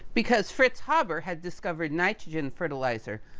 because fritz haber had discovered nitrogen fertilizer,